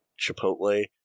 chipotle